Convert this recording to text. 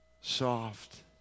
soft